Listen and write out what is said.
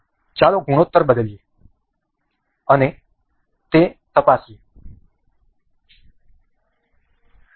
ચાલો ગુણોત્તર બદલીએ અને તે તપાસીએ